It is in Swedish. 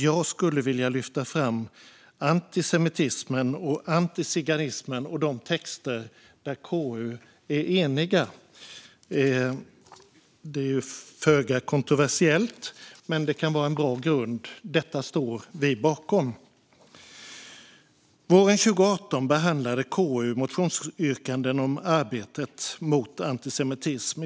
Jag skulle vilja lyfta fram antisemitismen och antiziganismen och de texter där KU är enigt. Det här är föga kontroversiellt, men det kan vara en bra grund. Detta står vi bakom. Våren 2018 behandlade KU motionsyrkanden om arbetet mot antisemitism.